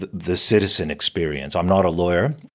the the citizen experience. i'm not a lawyer.